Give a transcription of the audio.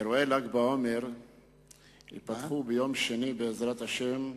אירועי ל"ג בעומר ייפתחו ביום שני, בעזרת השם,